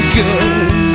good